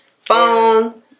Phone